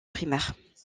primaires